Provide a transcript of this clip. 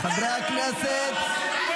חברי הכנסת,